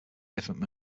different